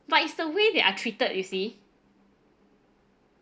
but it's the way they are treated you see